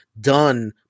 done